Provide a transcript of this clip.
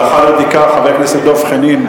לאחר בדיקה, חבר הכנסת דב חנין,